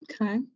Okay